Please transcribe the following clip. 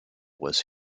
was